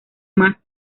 más